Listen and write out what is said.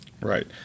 Right